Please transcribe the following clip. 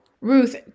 Ruth